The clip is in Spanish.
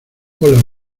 hola